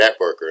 Networker